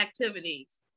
activities